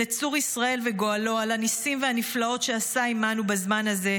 לצור ישראל וגואלו על הניסים והנפלאות שעשה עמנו בזמן הזה,